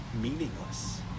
Meaningless